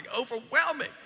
overwhelming